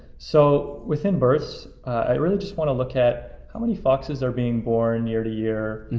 so within births, i really just wanna look at how many foxes are being born year to year.